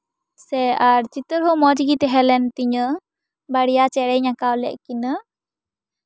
ᱥᱮ ᱟᱨ ᱪᱤᱛᱟᱹᱨ ᱦᱚᱸ ᱢᱚᱸᱡ ᱜᱮ ᱛᱟᱦᱮᱸ ᱞᱮᱱ ᱛᱤᱧᱟᱹ ᱵᱟᱨᱭᱟ ᱪᱮᱬᱮᱸᱧ ᱟᱸᱠᱟᱣ ᱞᱮᱫ ᱠᱤᱱᱟᱹ